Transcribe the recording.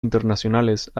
internacionales